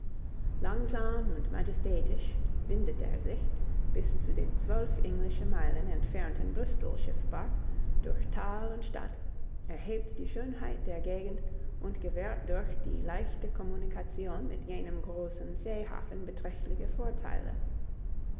langsam und majestätisch windet er sich bis zu dem zwölf englische meilen entfernten bristol schiffbar durch tal und stadt erhebt die schönheit der gegend und gewährt durch die leichte kommunikation mit jenem großen seehafen beträchtliche vorteile